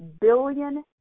billion